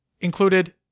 included